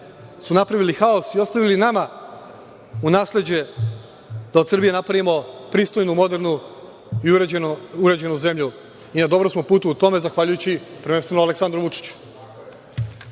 su napravili haos i ostavili nama u nasleđe da od Srbije napravimo pristojnu, modernu i uređenu zemlju i na dobrom putu smo u tome zahvaljujući prvenstveno Aleksandru Vučiću.